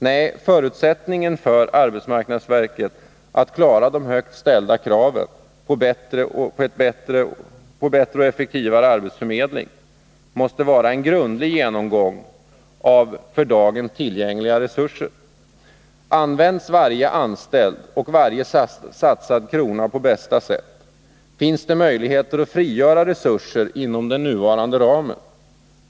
Nej, förutsättningen för att arbetsmarknadsverket skall kunna klara de högt ställda kraven på bättre och effektivare arbetsförmedling måste vara en grundlig genomgång av för dagen tillgängliga resurser. Används varje anställd och varje satsad krona på bästa sätt? Finns det möjligheter att frigöra resurser inom den nuvarande ramen?